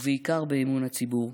ובעיקר באמון הציבור.